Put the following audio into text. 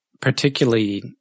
particularly